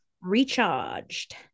recharged